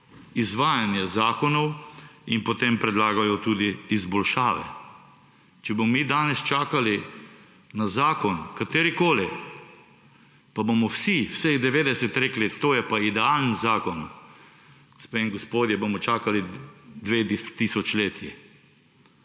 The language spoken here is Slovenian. izvajanje zakonov in potem predlagajo tudi izboljšave. Če bomo mi danes čakali na zakon, katerikoli, pa bomo vsi, vseh 90, rekli, to je pa idealen zakon, gospe in gospodje, bomo čakali dve